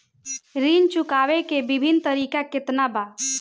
ऋण चुकावे के विभिन्न तरीका केतना बा?